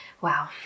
Wow